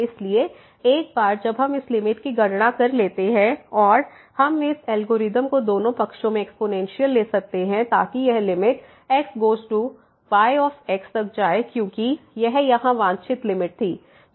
इसलिए एक बार जब हम इस लिमिट की गणना कर लेते हैं और हम इस एल्गोरिथम को दोनों पक्षों में एक्स्पोनेंशियल ले सकते हैं ताकि यह limit x goes to y तक जाए क्योंकि यह यहां वांछित लिमिट थी यह y थी